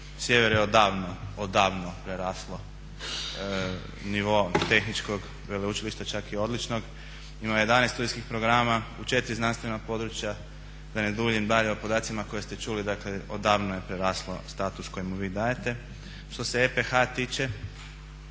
Sjever je odavno preraslo nivo tehničkog veleučilišta, čak i odličnog. Ima 11. studijskih programa u 4 znanstvena područja. Da ne duljim dalje o podacima koje ste čuli, dakle odavno je preraslo status koji mu vi dajete. Što se EPH tiče,